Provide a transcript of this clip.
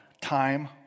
time